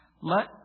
let